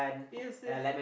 yes yes